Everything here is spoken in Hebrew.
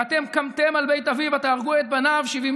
ואתם קמתם על בית אבי היום ותהרגו את בניו שבעים